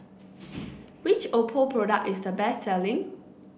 which Oppo product is the best selling